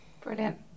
Brilliant